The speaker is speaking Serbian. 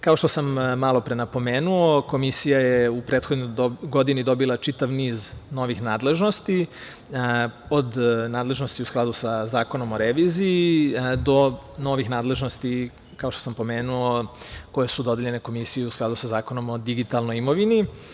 Kao što sam malo pre napomenuo, Komisija je u prethodnoj godini dobila čitav niz novih nadležnosti, od nadležnosti u skladu sa Zakonom o reviziji do novih nadležnosti, kao što sam pomenuo, koje su dodeljene Komisiji u skladu sa Zakonom o digitalnoj imovini.